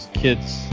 kids